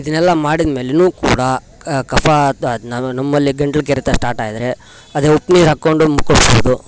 ಇದನ್ನೆಲ್ಲ ಮಾಡಿದ್ಮೇಲೆನೂ ಕೂಡ ಕಫ ಅದ್ ಅದು ನಮ್ಮಲ್ಲಿ ಗಂಟ್ಲು ಕೆರೆತ ಸ್ಟಾರ್ಟ್ ಆದರೆ ಅದೆ ಉಪ್ಪು ನೀರು ಹಾಕ್ಕೊಂಡು ಮುಕ್ಕಳ್ಸ್ಬೋದು